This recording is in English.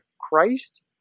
Christ